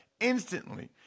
instantly